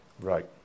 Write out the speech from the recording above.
right